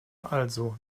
also